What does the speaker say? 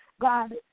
God